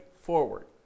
forward